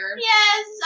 Yes